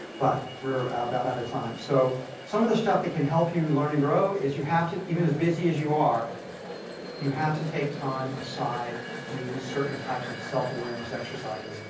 but we're about out of time. so some of the stuff that can help you learn and grow is you have to even as busy as you are you have to take time aside to do certain types of self-awareness exercises.